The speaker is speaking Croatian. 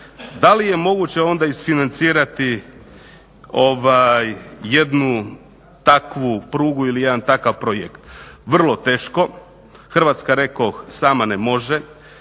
Da li je moguće onda isfinancirati jednu takvu prugu ili jedan takav projekt? Vrlo teško. Hrvatska rekoh sama ne može,